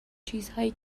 چیزهایی